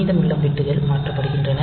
மீதமுள்ள பிட்கள் மாற்றப்படுகின்றன